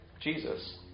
Jesus